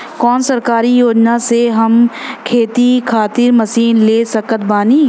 कौन सरकारी योजना से हम खेती खातिर मशीन ले सकत बानी?